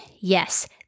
yes